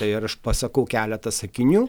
tai yra aš pasakau keletą sakinių